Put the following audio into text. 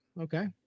Okay